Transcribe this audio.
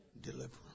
deliverance